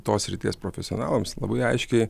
tos srities profesionalams labai aiškiai